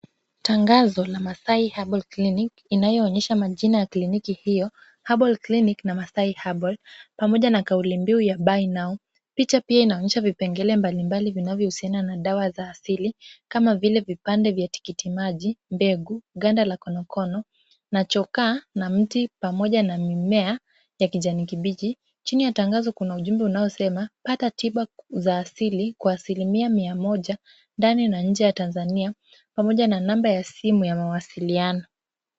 Tangazo la Masai Herbal Clinic inayoonyesha majina ya kliniki hiyo, Herbal Clinic na Masai Herbal pamoja na kauli mbiu ya buy now . Picha pia inaonyesha vipengele mbalimbali vinavyohusiana na dawa za asili kama vile vipande vya tikiti maji, mbegu, ganda la konokono na chokaa na mti pamoja na mimea ya kijani kibichi. Chini ya tangazo kuna ujumbe unaosema, pata tiba za asili kwa asilimia mia moja ndani na nje ya Tanzania pamoja na namba ya simu ya mawasiliano.